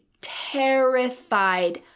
terrified